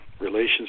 relations